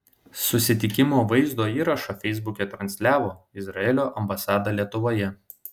susitikimo vaizdo įrašą feisbuke transliavo izraelio ambasada lietuvoje